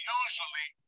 usually